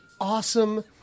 awesome